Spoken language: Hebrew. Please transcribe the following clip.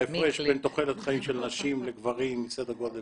ההפרש בין תוחלת החיים של נשים לגברים היא סדר גודל